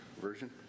version